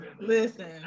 listen